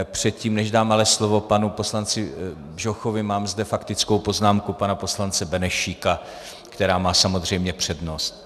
Předtím než dám ale slovo panu poslanci Bžochovi, mám zde faktickou poznámku pana poslance Benešíka, která má samozřejmě přednost.